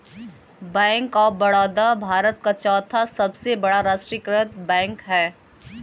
bank of Baroda Bharat का चौथा सबसे बड़ा राष्ट्रीयकृत बैंक है